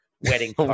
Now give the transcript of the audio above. wedding